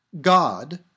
God